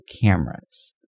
cameras